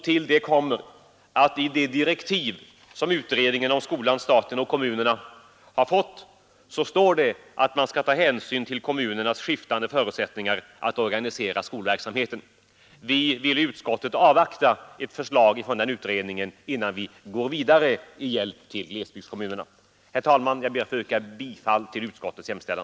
Till det kommer att i de direktiv som utredningen om skolan, staten och kommunerna har fått står det att man skall ta hänsyn till kommunernas skiftande förutsättningar att organisera skolverksamheten. Vi vill i utskottet avvakta ett förslag från den utredningen innan vi går vidare i hjälp till glesbygdskommunerna. Herr talman! Jag ber att få yrka bifall till utskottets hemställan.